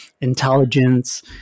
intelligence